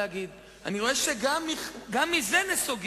גם אתן לך את הזמן,